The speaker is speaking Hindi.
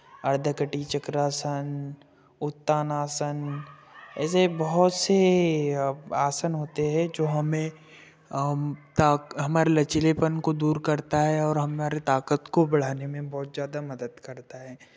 अर्धकटी चक्रासन उत्तान आसन ऐसे बहुत से आसन होते है जो हमें हमारे लचीलेपन को दूर करता है और हमारे ताकत को बढ़ाने में बहुत ज़्यादा मदद करता है